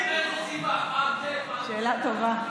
שאלה טובה.